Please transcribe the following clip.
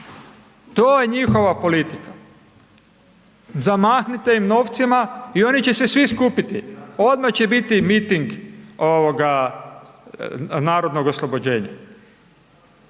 je je njihova politika, zamahnite im novcima i oni će se svi skupiti, odmah će biti miting Narodnog oslobođenja.